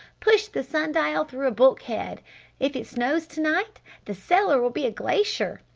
pushed the sun-dial through a bulkhead if it snows to-night the cellar'll be a glacier!